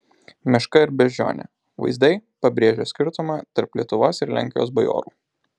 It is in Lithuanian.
meška ir beždžionė vaizdai pabrėžią skirtumą tarp lietuvos ir lenkijos bajorų